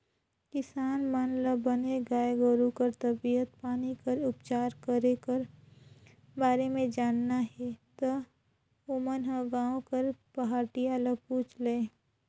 किसान मन ल बने गाय गोरु कर तबीयत पानी कर उपचार करे कर बारे म जानना हे ता ओमन ह गांव कर पहाटिया ल पूछ लय